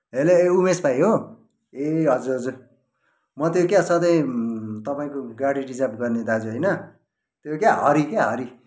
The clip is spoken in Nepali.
हेलो यो उमेस भाइ हो ए हजुर हजुर म त्यही क्या सधैँ तपाईँको गाडी रिर्जभ गर्ने दाजु होइन त्यो क्या हरि क्या हरि